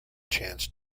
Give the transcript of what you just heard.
chance